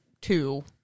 two